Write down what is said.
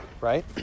Right